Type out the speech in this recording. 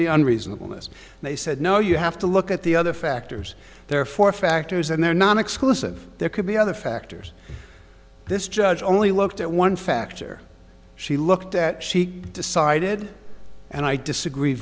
be unreasonable this they said no you have to look at the other factors there are four factors and there non exclusive there could be other factors this judge only looked at one factor she looked at she decided and i disagree